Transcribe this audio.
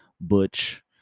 butch